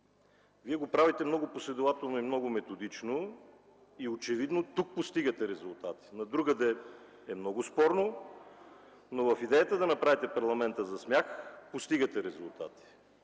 Вие го правите много последователно и много методично и очевидно тук постигате резултат. Другаде е много спорно, но в идеята да направите парламента за смях, постигате резултат.